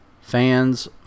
fans